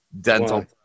Dental